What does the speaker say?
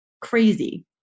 crazy